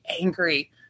angry